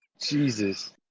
Jesus